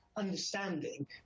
Understanding